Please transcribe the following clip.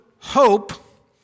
hope